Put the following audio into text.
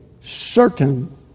certain